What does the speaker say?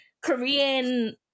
Korean